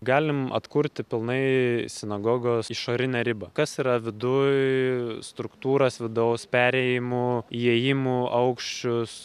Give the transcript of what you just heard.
galim atkurti pilnai sinagogos išorinę ribą kas yra viduj struktūras vidaus perėjimų įėjimų aukščius